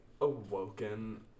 awoken